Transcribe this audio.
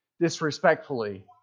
disrespectfully